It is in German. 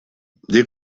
die